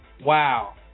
Wow